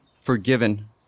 forgiven